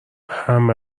همه